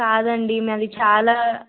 కాదండి మాది చాలా